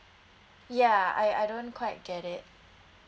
ya I I don't quite get it